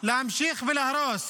להמשיך ולהרוס.